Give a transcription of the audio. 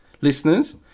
Listeners